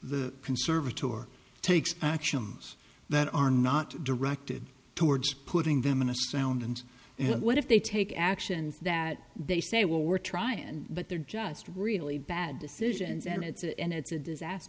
the conservatory takes actions that are not directed towards putting them in a sound and you know what if they take action that they say well we're try and but they're just really bad decisions and it's and it's a disaster